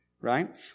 right